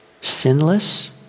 sinless